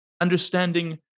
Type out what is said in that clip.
understanding